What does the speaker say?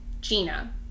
Gina